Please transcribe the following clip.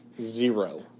zero